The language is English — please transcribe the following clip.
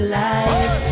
life